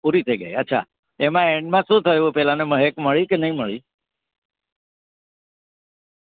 પૂરી થઈ ગઈ અચ્છા એમાં એન્ડમાં શું થયું પેલાને મહેક મળી કે નહીં મળી